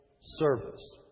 service